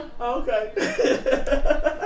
Okay